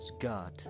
god